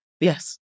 Yes